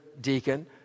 deacon